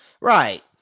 Right